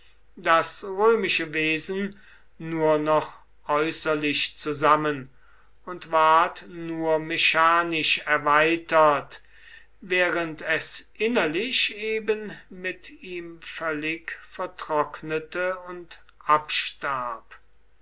das römische wesen nur noch äußerlich zusammen und ward nur mechanisch erweitert während es innerlich eben mit ihm völlig vertrocknete und abstarb